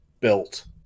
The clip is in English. built